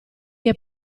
che